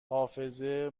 حافظه